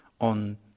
on